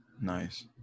Nice